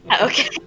okay